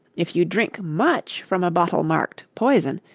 if you drink much from a bottle marked poison,